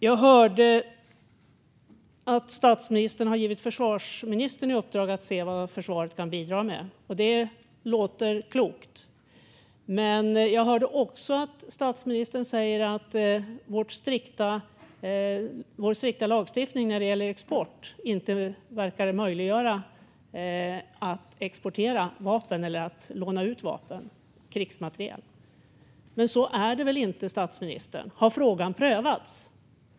Jag hörde att statsministern givit försvarsministern i uppdrag att se vad försvaret kan bidra med. Det låter klokt. Men jag hörde också statsministern säga att vår strikta lagstiftning när det gäller export inte verkar möjliggöra att exportera vapen eller att låna ut vapen och krigsmateriel. Men så är det väl inte, statsministern? Har frågan prövats?